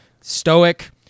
stoic